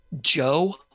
Joe